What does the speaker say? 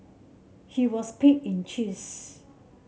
he was paid in cheese